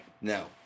No